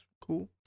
cool